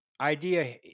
idea